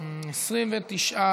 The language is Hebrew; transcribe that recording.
שירות אזרחי (תיקון מס' 3)